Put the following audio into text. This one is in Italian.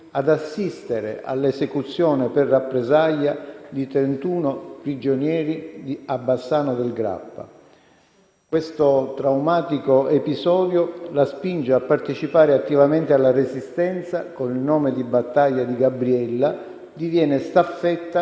assistere all'esecuzione per rappresaglia di trentuno prigionieri a Bassano del Grappa. Questo traumatico episodio la spinge a partecipare attivamente alla Resistenza e, con il nome di battaglia di "Gabriella", diviene staffetta